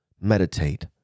meditate